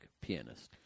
pianist